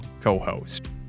co-host